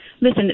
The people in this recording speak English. listen